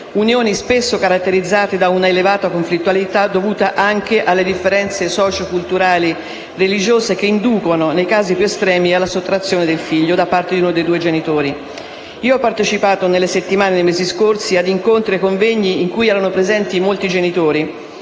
unioni spesso caratterizzate da un'elevata conflittualità dovuta anche alle differenze socio-culturali e religiose che inducono, nei casi più estremi, alla sottrazione del figlio da parte di uno dei due genitori. Ho partecipato nelle settimane e nei mesi scorsi a incontri e convegni in cui erano presenti molti genitori,